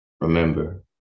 remember